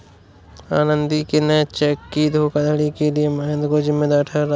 आनंदी ने चेक की धोखाधड़ी के लिए महेंद्र को जिम्मेदार ठहराया